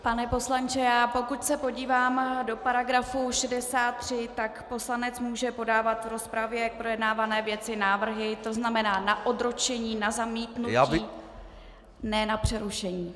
Pane poslanče, pokud se podívám do § 63, tak poslanec může podávat v rozpravě k projednávané věci návrhy, to znamená na odročení, na zamítnutí, ne na přerušení.